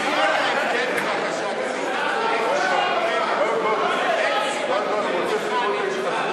תסביר את ההבדל בין סיבתיות מכנית לטלאולוגית,